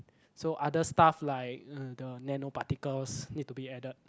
so other stuff like mm the nano particles need to be added